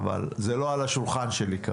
אבל יש פסיקה של בית המשפט העליון שצריך להביא בחשבון